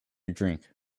drink